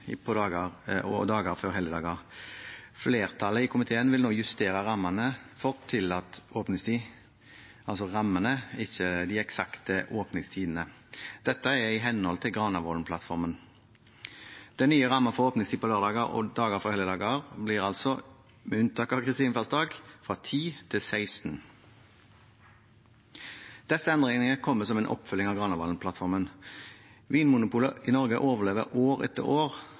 og dager før helligdager. Flertallet i komiteen vil nå justere rammene for tillatt åpningstid – altså rammene, ikke de eksakte åpningstidene. Dette er i henhold til Granavolden-plattformen. Den nye rammen for åpningstid på lørdager og dager før helligdager blir altså – med unntak av Kristi himmelfartsdag – fra kl. 10 til kl. 16. Disse endringene kommer som en oppfølging av Granavolden-plattformen. Vinmonopolet i Norge overlever år etter år,